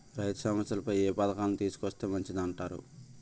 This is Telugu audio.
రైతు సమస్యలపై ఏ పథకాలను తీసుకొస్తే మంచిదంటారు?